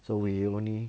so we only